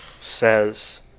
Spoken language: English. says